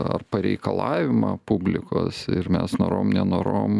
ar pareikalavimą publikos ir mes norom nenorom